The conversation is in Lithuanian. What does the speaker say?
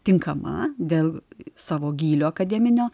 tinkama dėl savo gylio akademinio